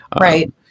Right